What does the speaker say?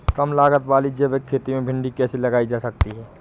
कम लागत वाली जैविक खेती में भिंडी कैसे लगाई जा सकती है?